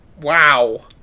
Wow